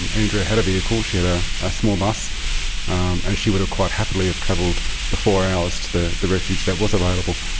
and andrea had a vehicle she had ah a small bus and she would have quite happily have travelled the four hours to the the refuge that was available.